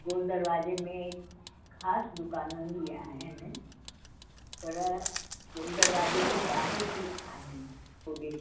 गोल दरवाजे में ख़ासि दुकानूं बि आहिनि पर गोल दरवाजे जे ॿाहिरि बि आहिनि ओॾे